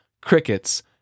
crickets